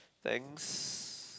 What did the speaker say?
thanks